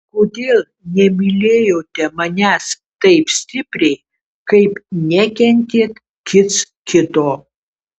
kodėl nemylėjote manęs taip stipriai kaip nekentėt kits kito